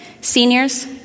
Seniors